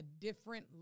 different